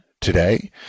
today